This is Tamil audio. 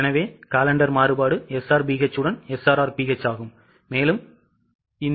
எனவே காலெண்டர் மாறுபாடு SRBH உடன் SRRBH ஆகும்